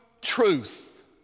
truth